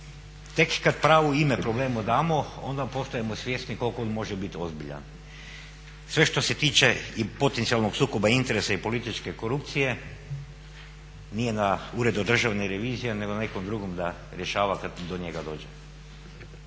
tek kada pravo ime problemu damo, onda postajemo svjesni koliko on može biti ozbiljan. Sve što se tiče i potencijalnog sukoba interesa i političke korupcije nije na Uredu državne revizije nego na nekom drugom da rješava kada do njega dođe.